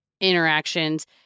interactions